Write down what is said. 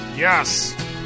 Yes